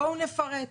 בואו נפרט